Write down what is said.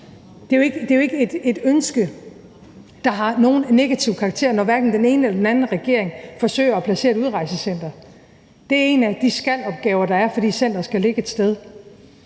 Det er jo ikke et ønske, der har nogen negativ karakter, når hverken den ene eller den anden regering forsøger at placere et udrejsecenter. Det er en af de »skal«-opgaver, der er, fordi centeret skal ligge et sted.